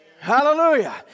Hallelujah